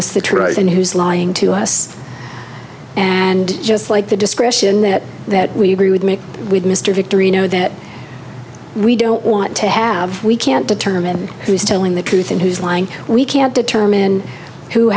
us the truth and who's lying to us and just like the discretion that that we agree with make with mr victory no that we don't want to have we can't determine who's telling the truth and who's lying we can't determine who